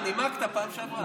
אה, נימקת בפעם שעברה.